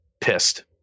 Pissed